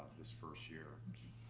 this first year.